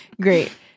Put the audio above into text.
Great